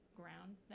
ground